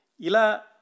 Ila